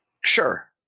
Sure